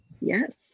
Yes